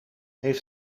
heeft